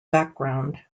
background